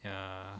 ya